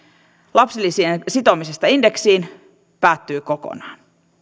lapsilisien sitomisessa indeksiin päättyy kokonaan